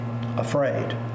afraid